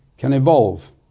can evolve.